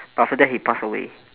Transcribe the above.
but after that he pass away